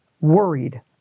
worried